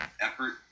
effort